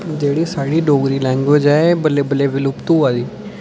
जेह्ड़ी साढ़ी डोगरी लैंग्विज ऐ एह् बल्लें बल्लें विलुप्त होआ दी